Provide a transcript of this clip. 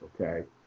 Okay